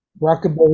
rockabilly